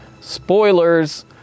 Spoilers